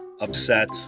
upset